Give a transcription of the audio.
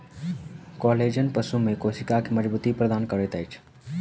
collagen पशु में कोशिका के मज़बूती प्रदान करैत अछि